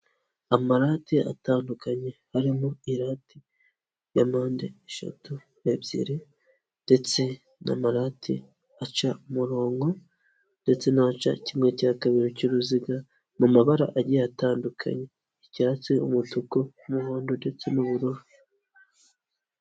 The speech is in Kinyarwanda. Amarate atandukanye harimo irati ya mpande eshatu ebyiri, ndetse n'amarati aca umurongo ndetse n'aca kimwe cya kabiri cy'uruziga mu mabara agiye atandukanye icyatsi, umutuku, n'umuhondo, ndetse n'ubururu.